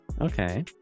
okay